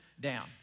down